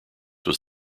was